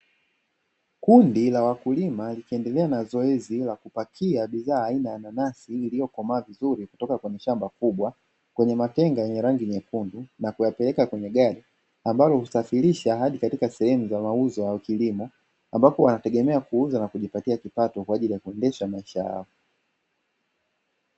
Kundi la wakulima likiendelea na zoezi la kupakia bidhaa aina ya nanasi iliyokomaa vizuri kutoka kwenye shamba kubwa, kwenye matenga yenye rangi nyekundu na kuyapeleka kwenye gari ambalo husafirisha hadi katika sehemu za mauzo ya kilimo, ambapo wanategemea kuuza na kujipatia kipato kwa ajili ya kuendesha maisha yao.